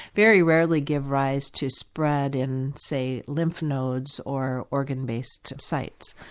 very rarely give rise to spread in, say, lymph nodes or organ-based sites.